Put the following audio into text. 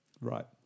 Right